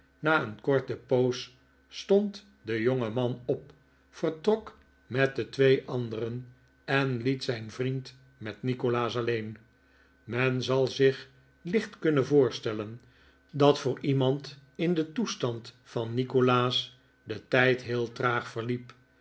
na een korte poos stond de jongeman op vertrok met de twee anderen en liet zijn vriend met nikolaas alleen men zal zich licht kunnen voorstellen dat voor iemand in den toestand van nikolaas de tijd heel traag verliep